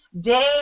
day